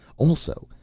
also,